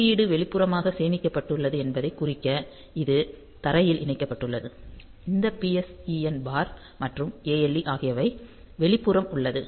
குறியீடு வெளிப்புறமாக சேமிக்கப்பட்டுள்ளது என்பதைக் குறிக்க இது தரையில் இணைக்கப்பட்டுள்ளது இந்த PSEN பார் மற்றும் ALE ஆகியவை வெளிப்புறம் உள்ளது